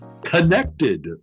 Connected